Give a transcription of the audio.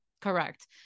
Correct